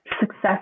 success